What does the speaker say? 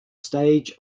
stage